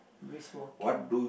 brisk walking